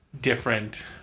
different